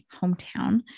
hometown